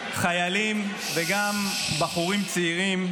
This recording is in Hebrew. חיילים וגם בחורים צעירים,